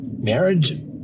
marriage